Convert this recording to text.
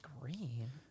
Green